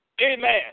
amen